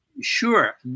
Sure